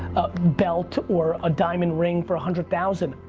belt or a diamond ring for a hundred thousand,